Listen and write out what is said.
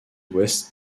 ouest